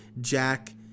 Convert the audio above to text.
Jack